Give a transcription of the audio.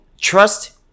trust